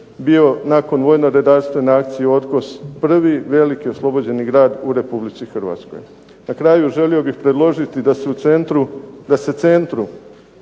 bio nakon vojno-redarstvene akcije "Otkos" prvi veliki oslobođeni grad u Republici Hrvatskoj. Na kraju, želio bih predložiti da se centru dozvoli na